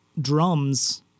drums